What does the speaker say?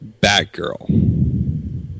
Batgirl